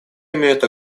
имеют